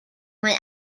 mae